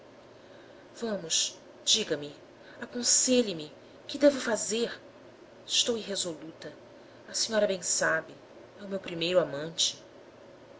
vamos diga-me aconselhe-me que devo fazer estou irresoluta a senhora bem sabe é o meu primeiro amante